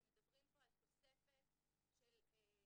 אתם מדברים פה על תוספת של אנשים